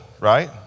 right